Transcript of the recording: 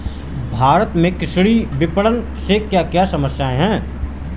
भारत में कृषि विपणन से क्या क्या समस्या हैं?